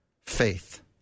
faith